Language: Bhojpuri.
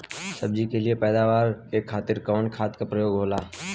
सब्जी के लिए पैदावार के खातिर कवन खाद के प्रयोग होला?